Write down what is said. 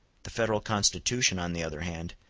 the federal constitution, on the other hand,